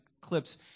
clips